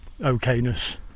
Okayness